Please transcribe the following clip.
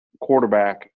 quarterback